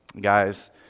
Guys